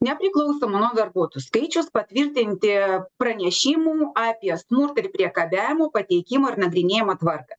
nepriklausomai nuo darbuotojų skaičiaus patvirtinti pranešimų apie smurtą ir priekabiavimo pateikimo ir nagrinėjimo tvarką